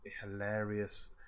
hilarious